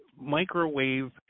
microwave